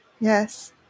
Yes